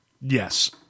Yes